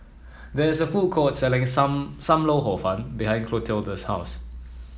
there is a food court selling sam Sam Lau Hor Fun behind Clotilda's house